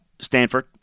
Stanford